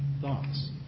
thoughts